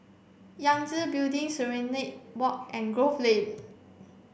Yangtze Building Serenade Walk and Grove Lane